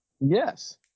Yes